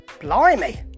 Blimey